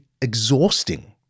exhausting